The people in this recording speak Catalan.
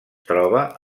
troba